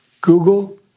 Google